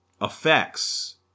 affects